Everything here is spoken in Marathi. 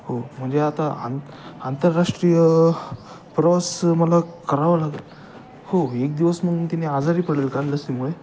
हो म्हणजे आता आंत आंतरराष्ट्रीय प्रवास मला करावा लाग हो एक दिवस मग तिने आजारी पडेल का लसीमुळे